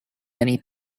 many